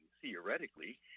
theoretically